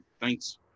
thanks